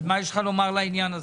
אז מה יש לך לומר על העניין הזה?